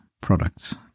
products